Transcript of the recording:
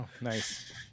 Nice